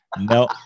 no